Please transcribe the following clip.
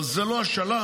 אבל זה לא השלב,